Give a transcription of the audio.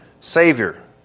Savior